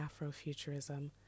Afrofuturism